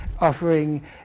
offering